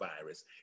virus